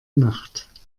nacht